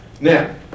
Now